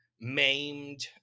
maimed